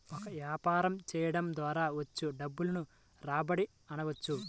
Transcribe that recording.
ఒక వ్యాపారం చేయడం ద్వారా వచ్చే డబ్బును రాబడి అనవచ్చు